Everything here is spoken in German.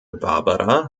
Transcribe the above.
barbara